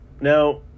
now